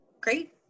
Great